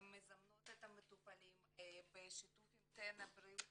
הן מזמנות את המטופלים ובשיתוף עם טנא בריאות